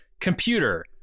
computer